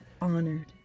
honored